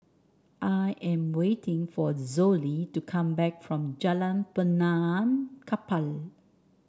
I am waiting for Zollie to come back from Jalan Benaan Kapal